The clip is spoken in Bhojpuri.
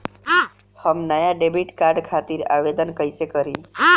हम नया डेबिट कार्ड खातिर आवेदन कईसे करी?